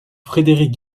frédéric